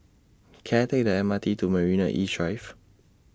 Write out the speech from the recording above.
Can I Take The M R T to Marina East Drive